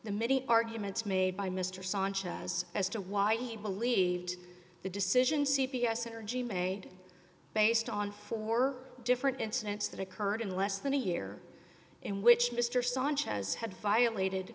the many arguments made by mr sanchez as to why he believed the decision c p s energy made based on four different incidents that occurred in less than a year in which mr sanchez had violated